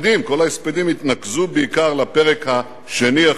כל ההספדים התנקזו בעיקר לפרק השני החשוב